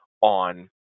on